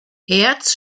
hertz